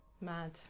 Mad